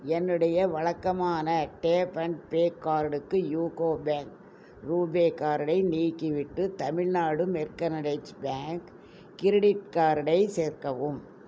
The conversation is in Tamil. என்னுடைய வழக்கமான டேப் அண்ட் பே கார்டுக்கு யூகோ பேங்க் ரூபே கார்டை நீக்கிவிட்டு தமிழ்நாடு மெர்கனடைச்டு பேங்க் கிரெடிட் கார்டை சேர்க்கவும்